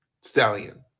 stallion